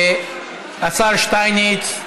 השר שטייניץ,